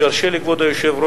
אם ירשה לי כבוד היושב-ראש,